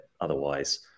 Otherwise